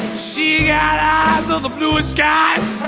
she got eyes of the bluest skies